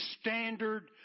standard